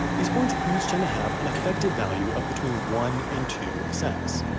these points each tend to have an effective value of between one and two cents.